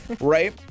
right